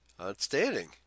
Outstanding